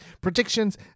predictions